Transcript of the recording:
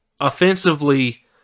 offensively